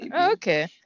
Okay